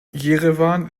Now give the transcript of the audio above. jerewan